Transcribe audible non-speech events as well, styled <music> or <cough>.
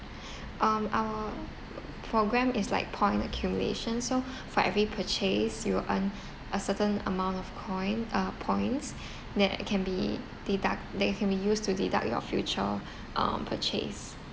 um our <noise> programme is like point accumulation so for every purchase you earn a certain amount of coin uh points that can be deduct that can be used to deduct your future um purchase